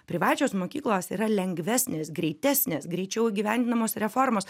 privačios mokyklos yra lengvesnės greitesnės greičiau įgyvendinamos reformos